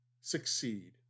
succeed